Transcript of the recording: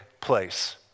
place